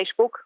Facebook